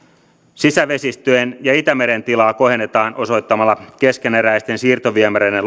sisävesistöjen ja itämeren tilaa kohennetaan osoittamalla keskeneräisten siirtoviemäreiden